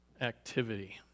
activity